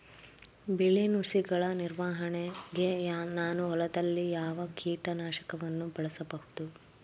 ಬಿಳಿ ನುಸಿಗಳ ನಿವಾರಣೆಗೆ ನಾನು ಹೊಲದಲ್ಲಿ ಯಾವ ಕೀಟ ನಾಶಕವನ್ನು ಬಳಸಬಹುದು?